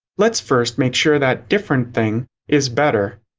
let's first make sure that different thing is better.